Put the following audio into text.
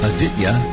Aditya